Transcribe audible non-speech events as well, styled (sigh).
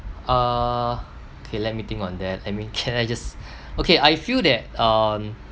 uh okay let me think on that I mean (laughs) can I just okay I feel that um